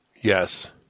Yes